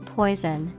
poison